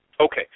Okay